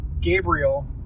Gabriel